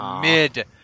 Mid